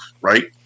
right